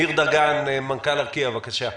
ניר דגן, מנכ"ל ארקיע, בבקשה.